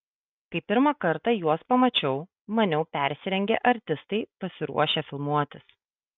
kai pirmą kartą juos pamačiau maniau persirengę artistai pasiruošę filmuotis